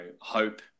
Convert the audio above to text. hope